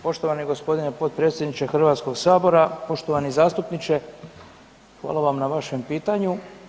Poštovani gospodine potpredsjedniče Hrvatskog sabora, poštovani zastupniče hvala vam na vašem pitanju.